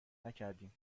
نکردیم